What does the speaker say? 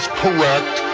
correct